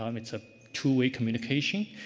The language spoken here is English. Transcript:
um it's a two way communication.